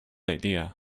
idea